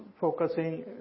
focusing